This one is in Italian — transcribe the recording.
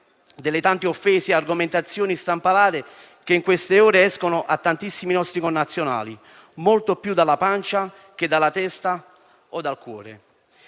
delle tante offese e argomentazioni strampalate che in queste ore escono a tantissimi nostri connazionali, molto più dalla pancia che dalla testa o dal cuore.